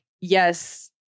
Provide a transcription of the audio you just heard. yes